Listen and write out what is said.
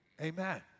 Amen